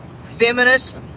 Feminist